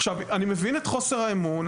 אני מבין את חוסר האמון,